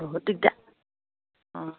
বহুত দিগদাৰ অঁ